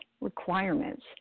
requirements